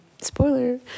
spoiler